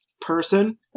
person